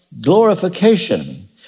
glorification